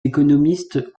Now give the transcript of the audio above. économistes